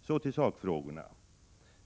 Så till sakfrågorna.